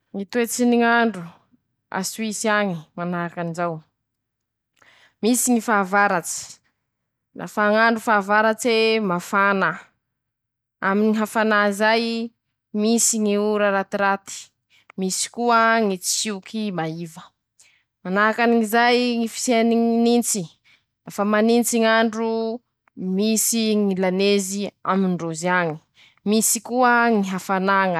Ñy toetsy ny ñ'andro a Soisy añy, manahakan'izao: Misy ñy fahavaratsy, lafa ñ'andro fahavaratse mafana, aminy ñy ahafanà zay misy ñy ora ratiraty, misy koa ñy tsioky maiva, manahakan'izay ñy fisiany ñy nintsy, lafa manintsy ñ'andro misy ñy lanezy amindrozy añy, misy koa ñy hafan.